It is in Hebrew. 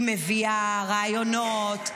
היא מביאה רעיונות,